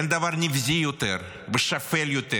אין דבר נבזי יותר ושפל יותר